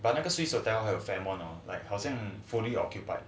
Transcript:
but 那个 swiss hotel 还有在好像 fully occupied